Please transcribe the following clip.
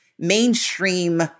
mainstream